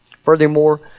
Furthermore